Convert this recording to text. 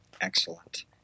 Excellent